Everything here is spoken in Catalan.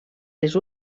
les